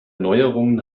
neuerungen